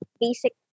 basic